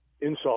insult